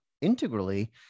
integrally